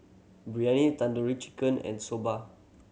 Biryani Tandoori Chicken and Soba